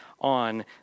on